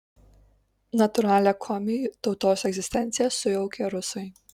natūralią komių tautos egzistenciją sujaukė rusai